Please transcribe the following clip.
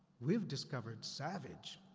we've discovered savage.